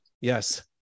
Yes